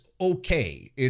okay